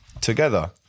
together